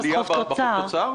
העלייה בחוב תוצר?